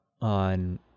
on